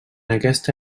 aquesta